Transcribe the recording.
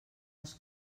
els